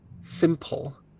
simple